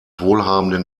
wohlhabenden